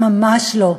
ממש לא.